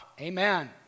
amen